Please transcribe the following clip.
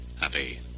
happy